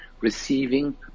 receiving